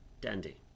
dandy